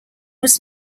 was